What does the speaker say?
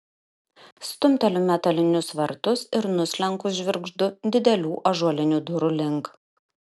stumteliu metalinius vartus ir nuslenku žvirgždu didelių ąžuolinių durų link